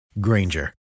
Granger